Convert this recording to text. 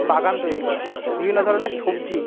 বাগান তৈরি করা বিভিন্ন ধরনের সবজি